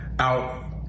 out